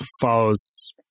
follows